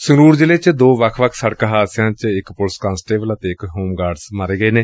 ਸੰਗਰੁਰ ਜ਼ਿਲ਼ੇ ਚ ਦੋ ਵੱਖ ਵੱਖ ਸੜਕ ਹਾਦਸਿਆਂ ਚ ਇਕ ਪੁਲਿਸ ਕਾਂਸਟੇਬਲ ਅਤੇ ਇਕ ਹੋਮ ਗਾਰਡਜ਼ ਮਾਰੇ ਗਏ ਨੇ